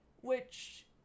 Which-